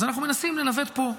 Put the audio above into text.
אז אנחנו מנסים לנווט פה,